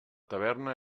taverna